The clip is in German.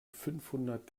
fünfhundert